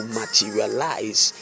materialize